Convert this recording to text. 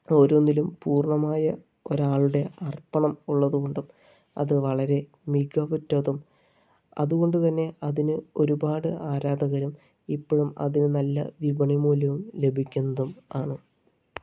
ഓരോന്നിലും പൂർണ്ണമായ ഒരാളുടെ അർപ്പണം ഉള്ളതുകൊണ്ടും അത് വളരെ മികവുറ്റതും അതുകൊണ്ടുതന്നെ അതിന് ഒരുപാട് ആരാധകരും ഇപ്പോഴും അതിന് നല്ല വിപണി മൂല്യവും ലഭിക്കുന്നതും ആണ്